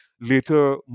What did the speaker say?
later